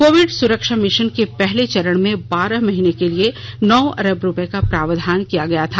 Covid सुरक्षा mission के पहले चरण में बारह महीने के लिए नौ अरब रुपये का प्रावधान किया गया था